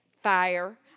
fire